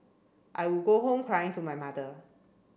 I would go home crying to my mother